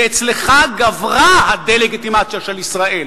ואצלך גברה הדה-לגיטימציה של ישראל